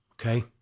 Okay